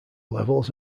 levels